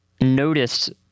noticed